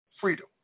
Freedom